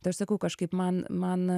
tai aš sakau kažkaip man man